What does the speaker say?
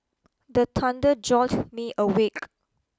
the thunder jolt me awake